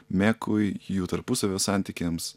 mekui jų tarpusavio santykiams